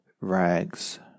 rags